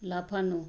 লাফানো